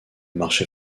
marché